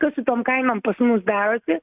kas su tom kainom pas mus darosi